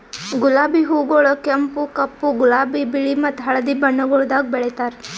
ಗುಲಾಬಿ ಹೂಗೊಳ್ ಕೆಂಪು, ಕಪ್ಪು, ಗುಲಾಬಿ, ಬಿಳಿ ಮತ್ತ ಹಳದಿ ಬಣ್ಣಗೊಳ್ದಾಗ್ ಬೆಳೆತಾರ್